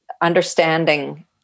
understanding